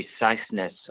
preciseness